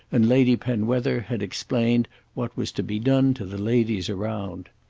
and lady penwether had explained what was to be done to the ladies around.